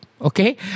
okay